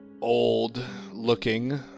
old-looking